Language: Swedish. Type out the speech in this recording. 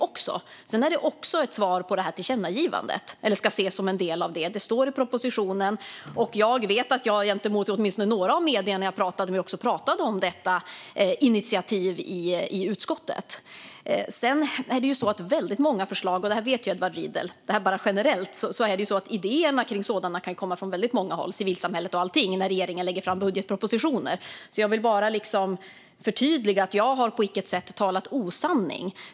Det ska också ses som en del av ett svar på tillkännagivandet. Det står i propositionen. Jag vet att jag åtminstone med några av medierna har pratat om detta initiativ i utskottet. Som Edward Riedl vet kan idéerna kring sådana initiativ komma från väldigt många håll, civilsamhället med mera, när regeringen lägger fram budgetpropositioner. Jag vill bara förtydliga att jag på intet sätt har talat osanning.